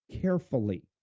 carefully